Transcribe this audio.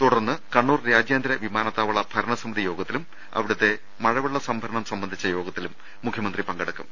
തുടർന്ന് കണ്ണൂർ രാജ്യാന്തര വിമാനത്താവള ഭരണസമിതി യോഗത്തിലും അവിടത്തെ മഴ വെള്ള സംഭരണം സംബന്ധിച്ചു യോഗത്തിലും മുഖ്യമന്ത്രി പങ്കെടുക്കും